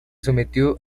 sometió